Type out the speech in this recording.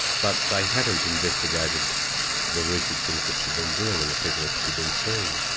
but they hadn't investigated the recent things that she'd been doing and the people that she'd been seeing.